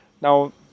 Now